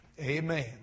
Amen